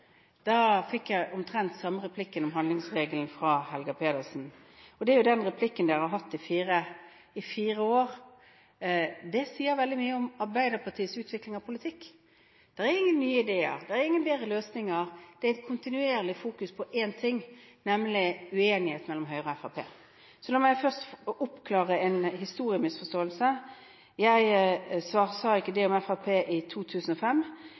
Da fikk jeg omtrent den samme replikken om handlingsregelen fra Helga Pedersen. Det er jo den replikken dere har hatt i fire år. Det sier veldig mye om Arbeiderpartiets utvikling av politikk. Det er ingen nye ideer, det er ingen bedre løsninger – det er et kontinuerlig fokus på én ting, nemlig uenigheten mellom Høyre og Fremskrittspartiet. Så la meg først få oppklare en historiemisforståelse. Jeg sa ikke det som ble nevnt om Fremskrittspartiet i 2005,